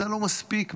זה לא מספיק בעיניי.